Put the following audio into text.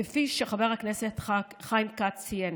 כפי שחבר הכנסת חיים כץ ציין,